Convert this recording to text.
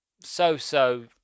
so-so